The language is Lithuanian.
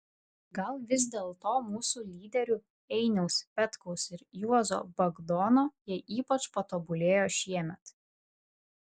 gal vis dėlto mūsų lyderių einiaus petkaus ir juozo bagdono jie ypač patobulėjo šiemet